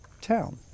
town